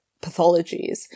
pathologies